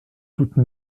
toute